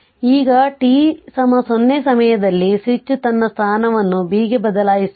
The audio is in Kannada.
ಈಗ t 0 ಸಮಯದಲ್ಲಿ ಸ್ವಿಚ್ ತನ್ನ ಸ್ಥಾನವನ್ನು B ಗೆ ಬದಲಾಯಿಸುತ್ತದೆ